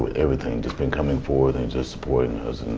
but everything, just been coming forward and just supporting us,